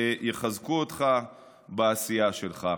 יחזקו אותך בעשייה שלך.